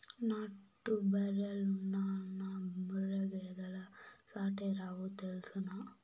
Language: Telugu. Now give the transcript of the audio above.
నాటు బర్రెలెన్నున్నా ముర్రా గేదెలు సాటేరావు తెల్సునా